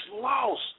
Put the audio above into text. lost